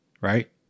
right